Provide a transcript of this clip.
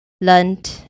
learned